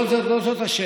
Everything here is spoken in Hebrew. לא זאת השאלה.